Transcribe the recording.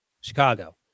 Chicago